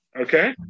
Okay